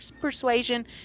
persuasion